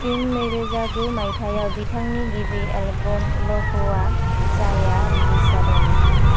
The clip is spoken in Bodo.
इं नैरोजा गु मायथाइयाव बिथांनि गिबि एल्बाम लह'आ जाइआ रिलिज जादोंमोन